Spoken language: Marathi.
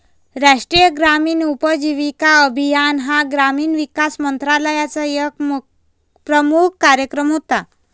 राष्ट्रीय ग्रामीण उपजीविका अभियान हा ग्रामीण विकास मंत्रालयाचा एक प्रमुख कार्यक्रम होता